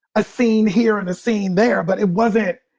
a scene here and the scene there, but it wasn't,